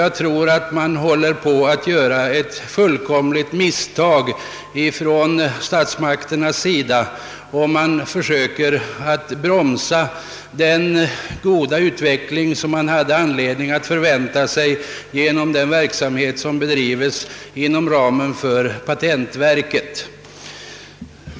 Jag tror att statsmakterna håller på att göra ett fullkomligt misstag, om de bromsar den goda utveckling som vi har haft anledning att förvänta oss inom ramen för patentoch registreringsverkets verksamhet.